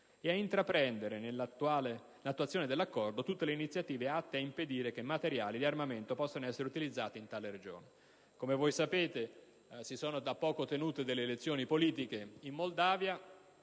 e di intraprendere, nell'attuazione dell'Accordo, tutte le iniziative atte ad impedire che materiali di armamento possano essere utilizzati in tale Regione. Come voi sapete, si sono tenute da poco le elezioni politiche in Moldavia.